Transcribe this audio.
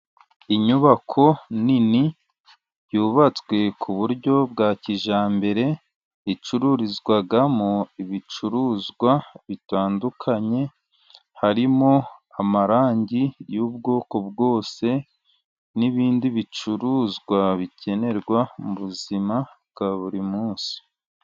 Inyubako nini, yubatswe ku buryo bwa kijyambere, icururizwamo ibicuruzwa bitandukanye, harimo amarangi y'bwoko bwose, n'ibindi bicuruzwa bikenerwa mu buzima bwa buri munsi.